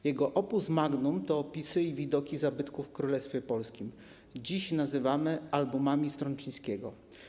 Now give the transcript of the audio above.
Jego opus magnum to ˝Opisy i widoki zabytków w Królestwie Polskim˝, dziś nazywane albumami Stronczyńskiego.